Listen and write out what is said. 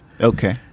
Okay